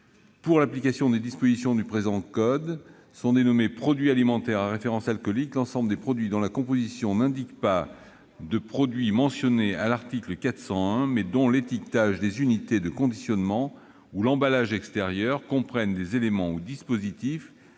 Pour l'application des dispositions du présent code, sont dénommés produits alimentaires à référence alcoolique l'ensemble des produits dont la composition n'indique pas de produit mentionné à l'article 401 mais dont l'étiquetage des unités de conditionnement ou l'emballage extérieur comprennent des éléments ou dispositifs